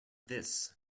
this